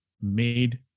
made